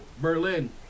Berlin